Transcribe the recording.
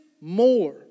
more